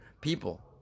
people